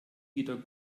wieder